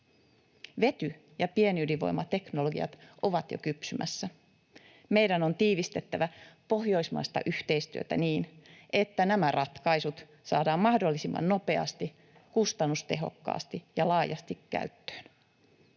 Vety ja pienydinvoimateknologiat ovat jo kypsymässä. Meidän on tiivistettävä pohjoismaista yhteistyötä niin, että nämä ratkaisut saadaan mahdollisimman nopeasti, kustannustehokkaasti ja laajasti käyttöön.